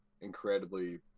incredibly